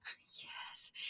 Yes